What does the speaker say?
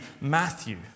Matthew